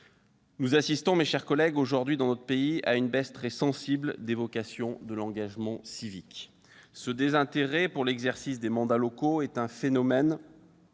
nous assistons aujourd'hui, dans notre pays, à une baisse très sensible des vocations et de l'engagement civique. Ce désintérêt pour l'exercice des mandats locaux est un phénomène